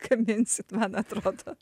gaminsit man atrodo